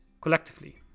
collectively